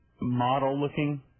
model-looking